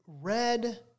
red